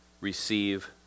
Receive